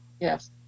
Yes